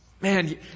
man